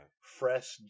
fresh